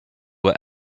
were